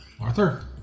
Arthur